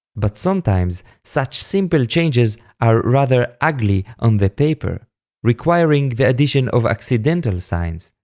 but sometimes, such simple changes are rather ugly on the paper requiring the addition of accidental signs.